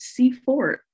C4